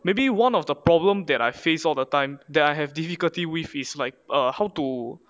maybe one of the problem that I face all the time that I have difficulty with is like err how to